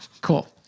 Cool